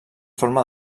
forma